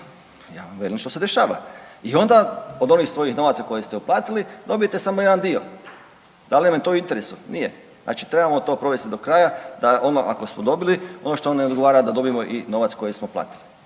ja vam velim što se dešava i onda od onih svojih novaca koje ste uplatili dobijete samo jedan dio. Da li nam je to u interesu? Nije. Znači trebamo to provesti do kraja da ono ako smo dobili ono što nam ne odgovara da dobijemo i novac koji smo platili